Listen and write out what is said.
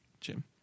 Jim